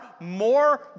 more